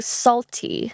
salty